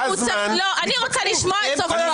אני רוצה לשמוע אותו.